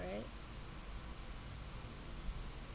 right